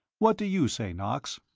what do you say, knox?